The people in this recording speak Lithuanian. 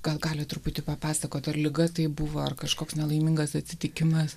gal galit truputį papasakot ar liga tai buvo ar kažkoks nelaimingas atsitikimas